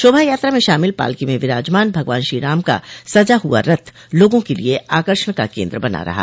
शोभा यात्रा में शामिल पालकी में विराजमान भगवान श्रीराम का सजा हुआ रथ लोगों के लिये आकर्षण का केन्द्र बना रहा